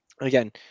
Again